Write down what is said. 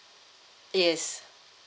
yes